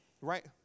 right